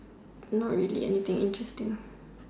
not really anything interesting